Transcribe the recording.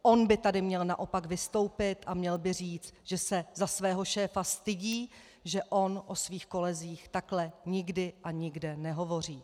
On by tady měl naopak vystoupit a měl by říci, že se za svého šéfa stydí, že on o svých kolezích takhle nikdy a nikde nehovoří.